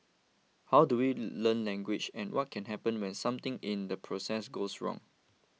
how do we learn language and what can happen when something in the process goes wrong